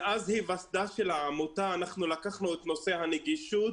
מאז היווסדה של העמותה אנחנו לקחנו את נושא הנגישות